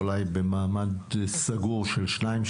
אולי במעמד סגור של שניים,